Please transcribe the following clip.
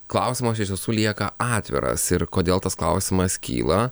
klausimas iš tiesų lieka atviras ir kodėl tas klausimas kyla